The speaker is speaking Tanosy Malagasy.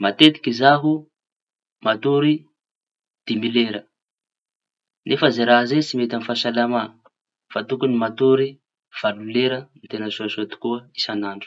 Matetiky zaho matory dimy lera nefa zay raha zay tsy mety amy fahasalama fa tokoñy matory valo lera teña soa soa tokoa isañandro.